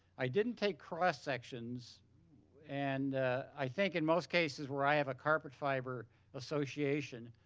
i didn't take cross sections and i think in most cases where i have a carpet fiber association,